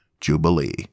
Jubilee